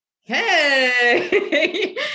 hey